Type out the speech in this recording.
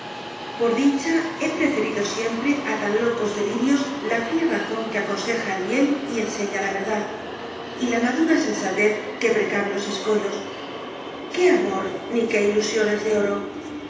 por dicha he preferido siempre á tan locos delirios la fría razón que aconseja el bien y enseña la verdad y la madura sensatez que precave los escollos qué amor ni qué ilusiones de oro